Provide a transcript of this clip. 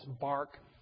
bark